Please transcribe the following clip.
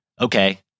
okay